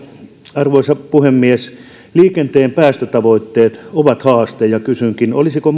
arvoisa puhemies liikenteen päästötavoitteet ovat haaste ja kysynkin olisiko